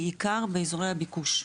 בעיקר באזורי הביקוש,